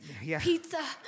pizza